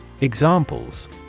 Examples